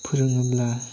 फोरोङोब्ला